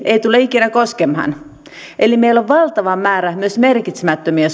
ei tulla ikinä koskemaan eli meillä on valtava määrä myös merkitsemättömiä